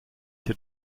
hier